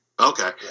Okay